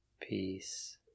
peace